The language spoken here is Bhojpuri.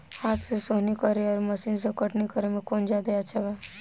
हाथ से सोहनी करे आउर मशीन से कटनी करे मे कौन जादे अच्छा बा?